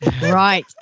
Right